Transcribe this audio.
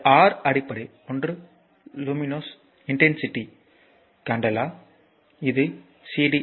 இது ஆறு அடிப்படை ஒன்று லுமினோஸ் இன்டென்சிட்டி காண்டேலா இது சி